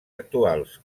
actuals